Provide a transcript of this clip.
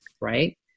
right